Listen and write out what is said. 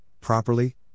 properly